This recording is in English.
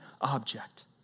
object